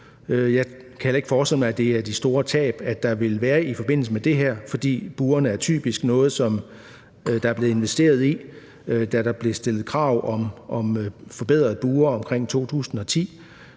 Jeg kan heller ikke forestille mig, at det er de store tab, der vil være i forbindelse med det her, for burene er typisk noget, der er blevet investeret i, da der blev stillet krav om forbedrede bure omkring år 2010.